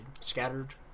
scattered